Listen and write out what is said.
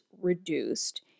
reduced